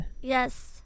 Yes